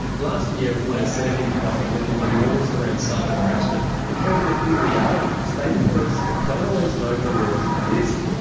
last year, when a senate inquiry looked into laws around cyber harassment, it heard that in reality, state police don't always know the laws exist.